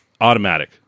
automatic